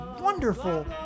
wonderful